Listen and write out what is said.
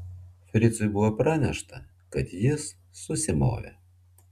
fricui buvo pranešta kad jis susimovė